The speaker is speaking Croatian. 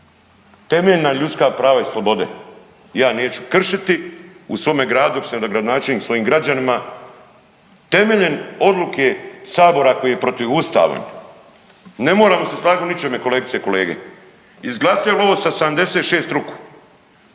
temeljna ljudska prava i slobode ja neću kršiti u svome gradu dok sam gradonačelnik svojim građanima temeljem odluke sabora koji je protivustavan. Ne moramo se slagat u ničemu kolegice i kolege, izglasali ovo sa 76 ruku